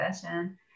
session